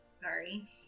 Sorry